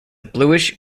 bluish